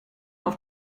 auf